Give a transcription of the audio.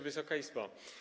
Wysoka Izbo!